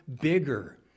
bigger